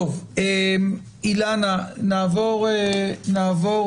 אילנה, נעבור